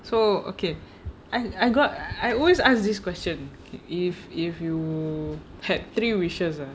so okay I I got I always ask this question if if you had three wishes